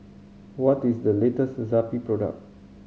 what is the latest Zappy product